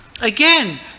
Again